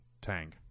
tank